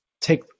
take